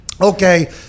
okay